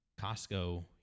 costco